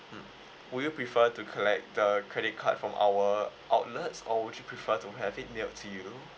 mm would you prefer to collect the credit card from our outlets or would you prefer to have it mailed to you